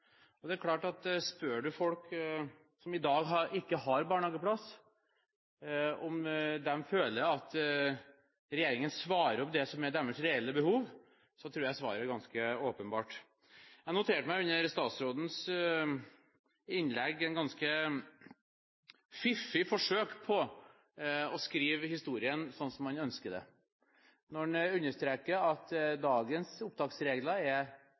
Det er klart at om du spør folk som i dag ikke har barnehageplass, om de føler at regjeringen svarer på det som er deres reelle behov, tror jeg svaret er ganske åpenbart. Under statsrådens innlegg noterte jeg meg et ganske fiffig forsøk på å skrive historien sånn som man ønsker det, når han understreket at dagens opptaksregler er